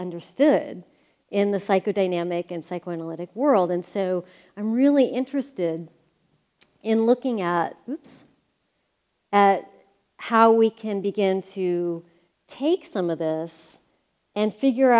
understood in the psychodynamic and psychoanalytic world and so i'm really interested in looking at at how we can begin to take some of this and figure